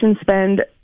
spend